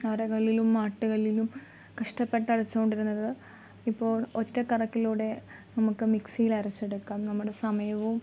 അരകല്ലിലും ആട്ടുകല്ലിലും കഷ്ടപ്പെട്ട് അരച്ചുകൊണ്ട് ഇരുന്നത് ഇപ്പോൾ ഒറ്റ കറക്കിലൂടെ നമുക്ക് മിക്സിയിൽ അരച്ചെടുക്കാം നമ്മുടെ സമയവും